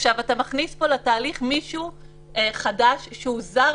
אתה מכניס פה לתהליך מישהו חדש שהוא זר